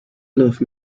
love